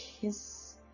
kiss